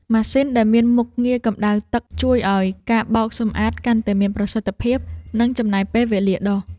ម៉ាស៊ីនដែលមានមុខងារកម្តៅទឹកជួយឱ្យការបោកសម្អាតកាន់តែមានប្រសិទ្ធភាព និងចំណេញពេលវេលាដុស។